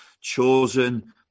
chosen